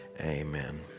amen